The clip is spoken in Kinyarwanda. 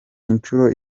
inshuro